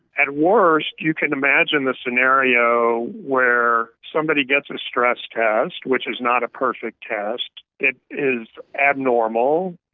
at worst, you can imagine the scenario where somebody gets a stress test, which is not a perfect test, it is abnormal.